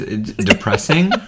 Depressing